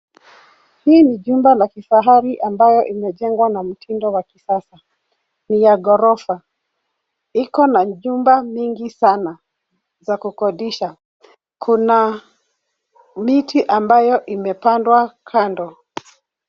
Hii ni jumba la kifahari ambayo imejengwa na mtindo wa kisasa ,ni ya ghorofa. Ikona nyumba mingi sana za kukodisha. Kuna miti ambayo imepandwa kando.